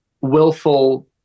willful